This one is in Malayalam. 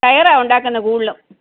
ടയറാ ഉണ്ടാക്കുന്നത് കൂടുതലും